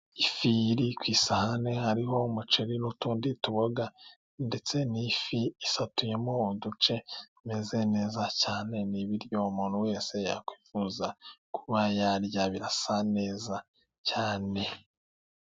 Ifi iri ku isahani hariho umuceri n'utundi tuboga, ndetse n'ifi isatuyemo uduce imeze neza cyane. Ni ibiryo umuntu wese yakwifuza kuba yarya, birasa neza cyane.